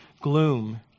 gloom